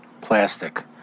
plastic